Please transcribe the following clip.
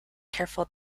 careful